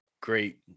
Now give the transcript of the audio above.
great